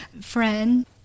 friend